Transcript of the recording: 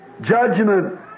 judgment